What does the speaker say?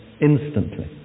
instantly